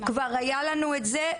כבר היה לנו את זה.